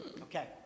Okay